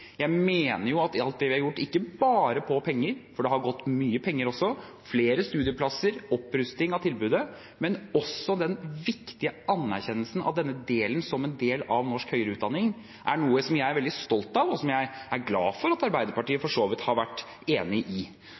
at det ikke stemmer. Alt det vi har gjort, ikke bare når det gjelder penger – for det har gått mye penger også, flere studieplasser, opprusting av tilbudet – men også den viktige anerkjennelsen av dette som en del av norsk høyere utdanning, er noe jeg er veldig stolt av, og som jeg er glad for at Arbeiderpartiet for så vidt har vært enig i.